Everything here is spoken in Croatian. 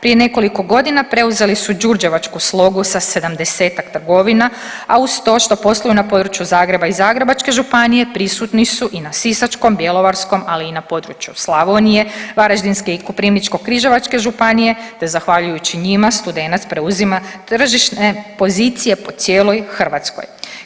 Prije nekoliko godina preuzeli su đurđevačku Slogu sa 70-ak trgovina, a uz to što posluju na području Zagreba i Zagrebačke županije prisutni su i na sisačkom, bjelovarskom, ali i na području Slavonije, Varaždinske i Koprivničko-križevačke županije te zahvaljujući njima Studenac preuzima tržišne pozicije po cijeloj Hrvatskoj.